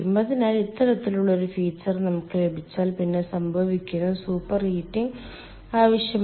അതിനാൽ ഇത്തരത്തിലുള്ള ഒരു ഫീച്ചർ നമുക്ക് ലഭിച്ചാൽ പിന്നെ സംഭവിക്കുന്നത് സൂപ്പർ ഹീറ്റിംഗ് ആവശ്യമില്ല